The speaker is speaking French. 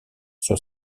sur